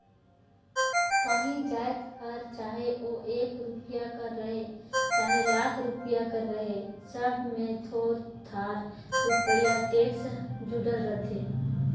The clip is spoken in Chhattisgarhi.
काहीं जाएत हर चहे ओ एक रूपिया कर रहें चहे लाख रूपिया कर रहे सब में थोर थार रूपिया टेक्स जुड़ल रहथे